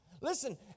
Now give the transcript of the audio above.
Listen